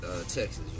Texas